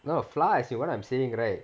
no flour as in what I'm saying right